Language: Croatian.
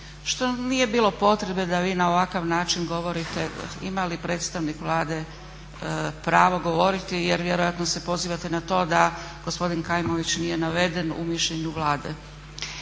što nije bilo potrebe da vi na ovakav način govorite ima li predstavnik Vlade pravo govoriti jer vjerojatno se pozivate na to da gospodin Kajmović nije naveden u mišljenju Vlade.